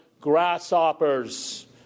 grasshoppers